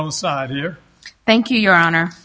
own side here thank you your honor